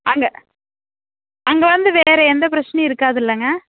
அங்கே அங்கே வந்து வேறு எந்த பிரச்சினையும் இருக்காது இல்லைங்க